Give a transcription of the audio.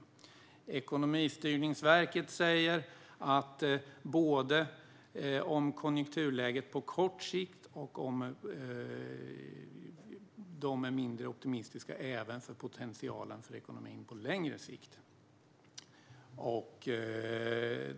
Också Ekonomistyrningsverket är mindre optimistiska både om konjunkturläget på kort sikt och om potentialen för ekonomin på längre sikt.